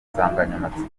nsanganyamatsiko